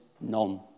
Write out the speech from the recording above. none